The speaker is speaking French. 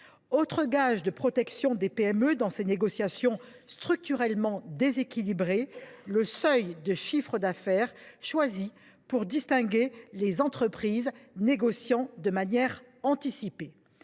Autre gage de protection des PME dans ces négociations structurellement déséquilibrées : le seuil de chiffre d’affaires retenu pour déterminer les entreprises pouvant négocier de manière anticipée.